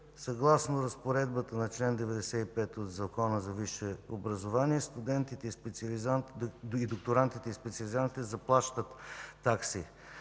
Съгласно разпоредбата на чл. 95 от Закона за висшето образование студентите, докторантите и специализантите заплащат такси.